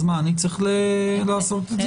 אז אני צריך לעשות את זה?